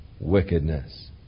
wickedness